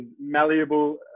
malleable